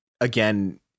again